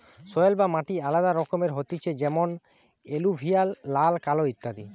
soil বা মাটি আলাদা রকমের হতিছে যেমন এলুভিয়াল, লাল, কালো ইত্যাদি